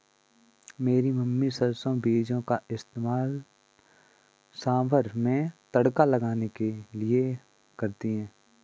मेरी मम्मी सरसों बीजों का इस्तेमाल सांभर में तड़का लगाने के लिए करती है